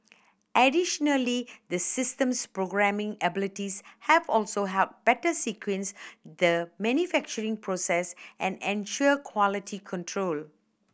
additionally the system's programming abilities have also helped better sequence the manufacturing process and ensure quality control